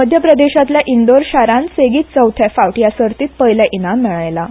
मध्य प्रदेशातल्या इंदोर शारान सेगीत चवर्थे फावट हया सर्तीत पयले इनाम मेळयलां